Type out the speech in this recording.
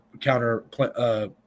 counter, –